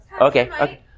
Okay